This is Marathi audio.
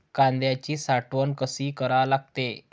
कांद्याची साठवन कसी करा लागते?